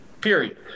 Period